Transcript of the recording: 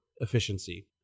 efficiency